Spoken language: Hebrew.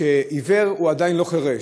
שעיוור הוא עדיין לא חירש,